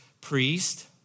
priest